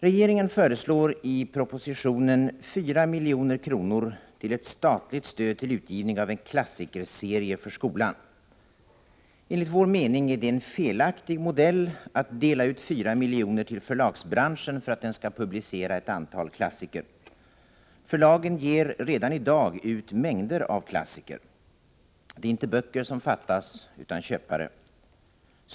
Regeringen föreslår i propositionen 4 milj.kr. till ett statligt stöd till utgivning av en klassikerserie för skolan. Enligt vår mening är det en felaktig modell att dela ut 4 miljoner till förlagsbranschen för att den skall publicera ett antal klassiker. Förlagen ger redan i dag ut mängder av klassiker. Det är inte böcker som fattas utan köpare.